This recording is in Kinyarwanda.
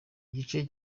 gice